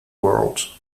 world